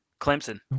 Clemson